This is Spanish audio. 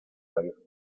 varios